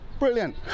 brilliant